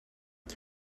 the